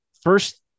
first